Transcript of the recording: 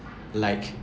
like